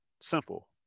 simple